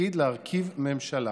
התפקיד להרכיב ממשלה,